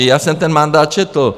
Já jsem ten mandát četl.